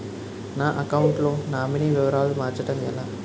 నా అకౌంట్ లో నామినీ వివరాలు మార్చటం ఎలా?